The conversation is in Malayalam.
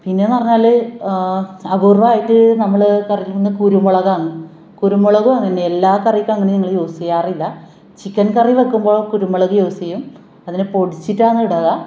പിന്നെ എന്ന് പറഞ്ഞാൽ അപൂര്വമായിട്ട് നമ്മൾ പറയുന്നത് കുരുമുളകാണ് കുരുമുളകും അങ്ങനെയാണ് എല്ലാ കറിക്കും അങ്ങനെ തന്നെ യൂസ് ചെയ്യാറില്ല ചിക്കന് കറി വയ്ക്കുമ്പോൾ കുരുമുളക് യൂസ് ചെയ്യും അതിനെ പൊടിച്ചിട്ടാണ് ഇടുക